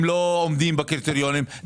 הם לא עומדים בקריטריונים,